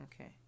okay